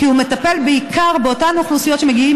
שמטפל בעיקר באותן אוכלוסיות שמגיעות